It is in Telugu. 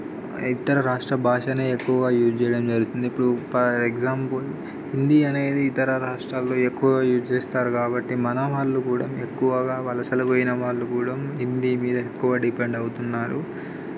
ఇతర రాష్ట్ర భాషను ఎక్కువగా యూజ్ చేయడం జరుగుతుంది ఇప్పుడు ఫర్ ఎగ్జామ్పుల్ హిందీ అనేది ఇతర రాష్ట్రాలలో ఎక్కువగా యూజ్ చేస్తారు కాబట్టి మన వాళ్ళు కూడా ఎక్కువగా వలసలు పోయిన వాళ్ళు కూడా హిందీ మీద ఎక్కువ డిపెండ్ అవుతున్నారు